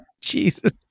Jesus